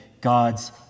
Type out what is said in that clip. God's